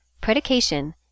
Predication